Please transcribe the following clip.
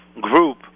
group